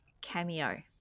cameo